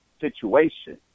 situation